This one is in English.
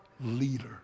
leader